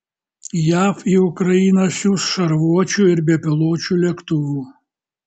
jav į ukrainą siųs šarvuočių ir bepiločių lėktuvų